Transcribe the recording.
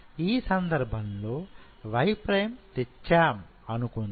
ఈ సందర్భంలో Y prime తెచ్చాం అనుకుందాం